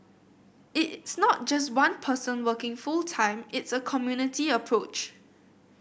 it's not just one person working full time it's a community approach